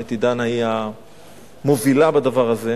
האמת, דנה היא המובילה בדבר הזה.